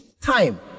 Time